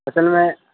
اصل میں